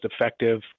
effective